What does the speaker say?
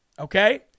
okay